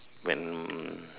when